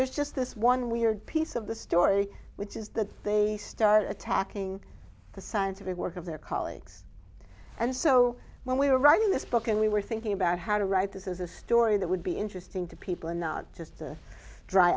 there's just this one weird piece of the story which is that they start attacking the scientific work of their colleagues and so when we were writing this book and we were thinking about how to write this is a story that would be interesting to people and not just a dry